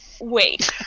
wait